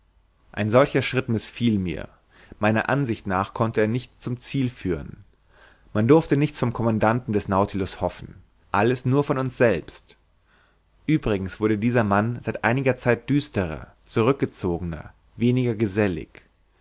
ein solcher schritt mißfiel mir meiner ansicht nach konnte er nicht zum ziele führen man durfte nichts vom commandanten des nautilus hoffen alles nur von uns selbst uebrigens wurde dieser mann seit einiger zeit düsterer zurückgezogener weniger gesellig